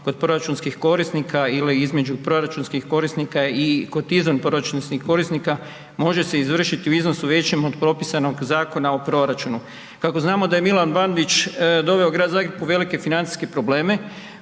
kod proračunskih korisnika ili između proračunskih korisnika i kotizam proračunskih korisnika može se izvršiti u iznosu većem od propisanog Zakona o proračunu. Kako znamo da je Milan Bandić doveo Grad Zagreb u velike financijske probleme,